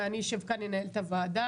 ואני אשב כאן ואנהל את הוועדה.